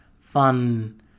fun